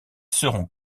seront